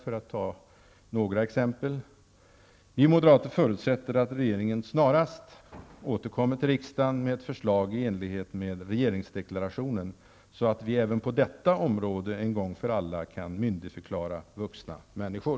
Vi moderater förutsätter att regeringen snarast återkommer till riksdagen med ett förslag i enlighet med regeringsdeklarationen, så att vi även på detta område en gång för alla kan myndigförklara vuxna människor.